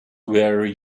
where